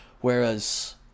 Whereas